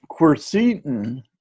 quercetin